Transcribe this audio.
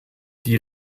die